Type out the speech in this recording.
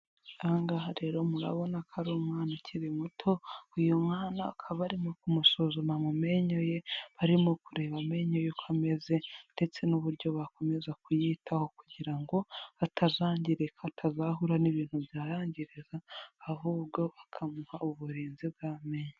Aha ngaha rero murabona ko ari umwana ukiri muto, uyu mwana bakaba barimo kumusuzuma mu menyo ye, barimo kureba amenyo ye uko ameze, ndetse n'uburyo bakomeza kuyitaho kugira ngo atazangirika, atazahura n'ibintu byarangiriza, ahubwo bakamuha uburinzi bw'amenyo.